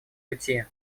уйти